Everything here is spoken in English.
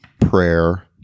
prayer